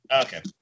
Okay